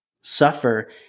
suffer